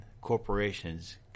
corporations